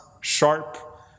sharp